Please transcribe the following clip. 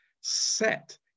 set